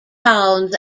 towns